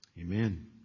amen